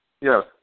Yes